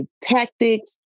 tactics